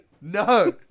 No